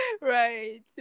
right